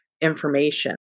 information